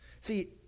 See